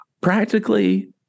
practically